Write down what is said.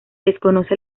desconoce